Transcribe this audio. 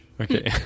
Okay